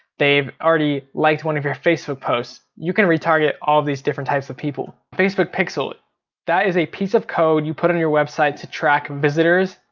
they've already liked one of your facebook posts. you can retarget all these different types of people. facebook pixel. that is a piece of code you put in your website to track visitors.